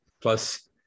Plus